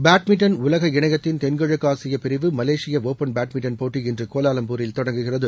badminton உலக இணையத்தின் தென்கிழக்கு ஆசிய பிரிவு மலேசிய ஒப்பன் பேட்மிண்டன் போட்டி இன்று கோலாலம்பூரில் தொடங்குகிறது